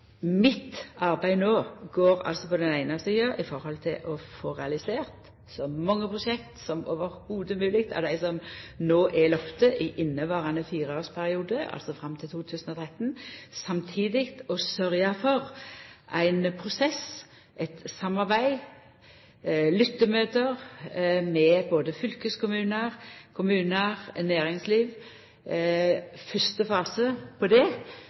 Mitt arbeid no går altså på den eine sida på å få realisert så mange prosjekt som i det heile mogleg av dei som no er lovde i inneverande fireårsperiode, altså fram til 2013. Samtidig må eg sørgja for ein prosess, eit samarbeid, lyttemøte med både fylkeskommunar, kommunar og næringsliv. Fyrste fase på det